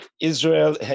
Israel